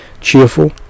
cheerful